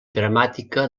dramàtica